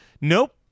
nope